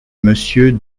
monsieur